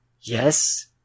yes